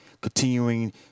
Continuing